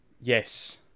Yes